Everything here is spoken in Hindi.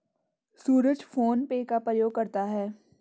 सूरज फोन पे का प्रयोग करता है